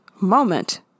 moment